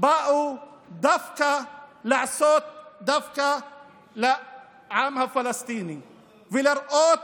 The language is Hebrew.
החוקים האלה באו לעשות דווקא לעם הפלסטיני ולהראות